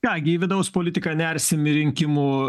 ką gi į vidaus politiką nersim į rinkimų